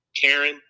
Karen